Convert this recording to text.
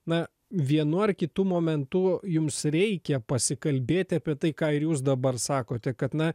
na vienu ar kitu momentu jums reikia pasikalbėti apie tai ką ir jūs dabar sakote kad na